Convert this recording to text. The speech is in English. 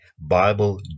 Bible